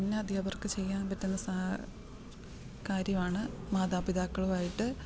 പിന്നെ അധ്യാപകർക്ക് ചെയ്യാൻ പറ്റുന്ന സാ കാര്യമാണ് മാതാപിതാക്കളും ആയിട്ട്